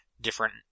different